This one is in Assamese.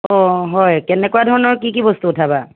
অ' হয় কেনেকুৱা ধৰণৰ কি কি বস্তু উঠাবা